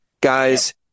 Guys